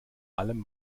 allem